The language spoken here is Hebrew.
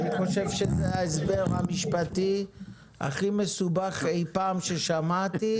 אני חושב שזה ההסבר המשפטי הכי מסובך אי פעם ששמעתי,